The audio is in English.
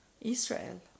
Israel